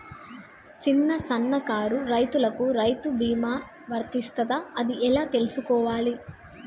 చిన్న సన్నకారు రైతులకు రైతు బీమా వర్తిస్తదా అది ఎలా తెలుసుకోవాలి?